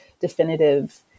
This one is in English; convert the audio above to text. definitive